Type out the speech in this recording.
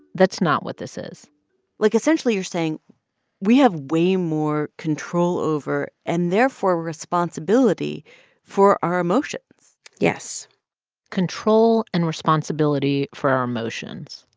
that's not what this is like, essentially you're saying we have way more control over and therefore responsibility for our emotions yes control and responsibility for our emotions.